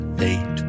late